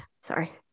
Sorry